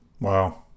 Wow